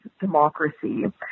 democracy